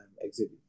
exhibit